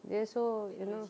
ya so you know